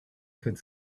could